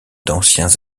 d’anciens